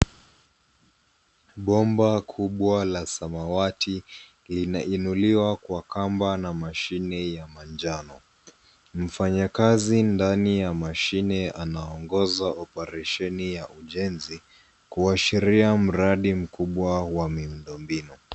Bomba kubwa la samawati linainuliwa na kamba na mashine ya manjano. Mfanyakazi ndani ya mashine anaongoza operesheni ya ujenzi kuashiria mradi mkubwa wa miundombinu.